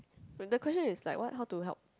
the question is like what how to help